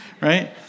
Right